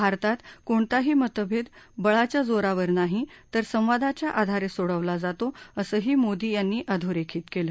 भारतात कोणताही मतभेद बळाच्या जोरावर नाही तर संवादाच्या आधारे सोडवला जातो असंही मोदी यांनी अधोरखित केलं